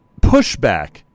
pushback